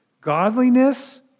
godliness